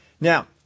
Now